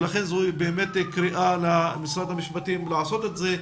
ולכן זו באמת קריאה למשרד המשפטים לעשות את זה.